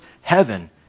heaven